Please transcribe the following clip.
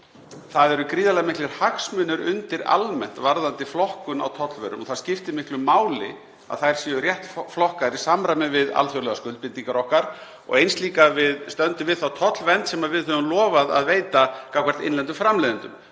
það eru gríðarlega miklir hagsmunir undir almennt varðandi flokkun á tollvörum og það skiptir miklu máli að þær séu rétt flokkaðar, séu bæði í samræmi við alþjóðlegar skuldbindingar okkar og eins líka að við stöndum við þá tollvernd sem við höfum lofað að veita gagnvart innlendum framleiðendum.